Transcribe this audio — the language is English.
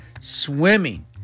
Swimming